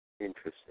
Interesting